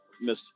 Miss